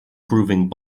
proving